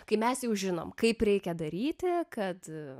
kai mes jau žinom kaip reikia daryti kad